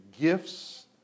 gifts